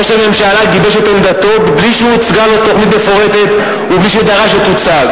ראש הממשלה גיבש את עמדתו בלי שהוצגה לו תוכנית מפורטת ובלי שדרש שתוצג.